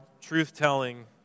truth-telling